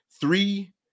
Three